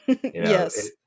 Yes